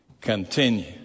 continue